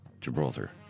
Gibraltar